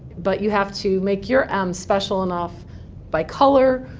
but you have to make your m special enough by color.